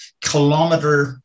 kilometer